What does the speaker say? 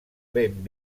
ben